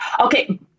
Okay